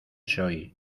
soy